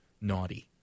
naughty